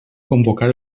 convocar